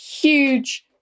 huge